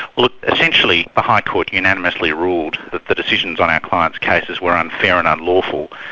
well essentially the high court unanimously ruled that the decisions on our clients' cases were unfair and unlawful,